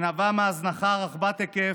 שנבעה מהזנחה רחבת היקף.